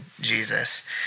Jesus